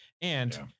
And-